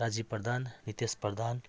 Kaji Pradhan Nitesh Pradhan